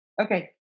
Okay